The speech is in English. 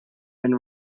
been